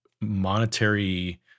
Monetary